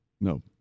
no